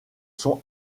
sont